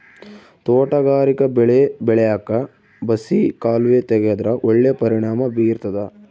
ತೋಟಗಾರಿಕಾ ಬೆಳೆ ಬೆಳ್ಯಾಕ್ ಬಸಿ ಕಾಲುವೆ ತೆಗೆದ್ರ ಒಳ್ಳೆ ಪರಿಣಾಮ ಬೀರ್ತಾದ